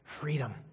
freedom